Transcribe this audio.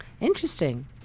Interesting